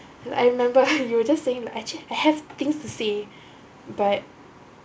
I remember you were just saying that actually I have things to say but